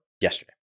yesterday